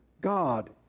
God